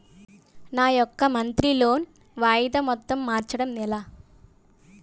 నా యెక్క monthly loan వాయిదా మొత్తం మార్చడం ఎలా?